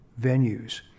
venues